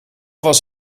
was